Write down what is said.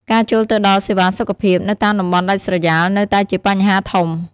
ការចូលទៅដល់សេវាសុខភាព នៅតាមតំបន់ដាច់ស្រយាលនៅតែជាបញ្ហាធំ។